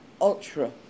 ultra